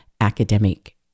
academic